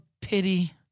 pity